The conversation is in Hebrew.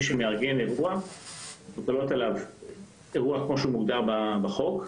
מי שמארגן אירוע כמו שאירוע מוגדר בחוק,